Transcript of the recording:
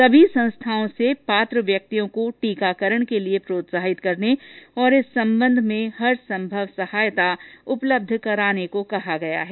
सभी संस्थाओं से पात्र व्यक्तियों को टीकाकरण के लिए प्रोत्साहित करने और इस संबंध में हर संभव सहायता उपलब्ध कराने को कहा गया है